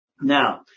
Now